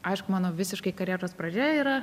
aišku mano visiškai karjeros pradžia yra